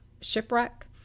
shipwreck